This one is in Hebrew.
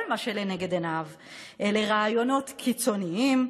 מה שלנגד עיניו אלה רעיונות קיצוניים,